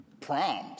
proms